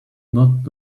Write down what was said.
not